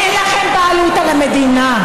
אין לכם בעלות על המדינה.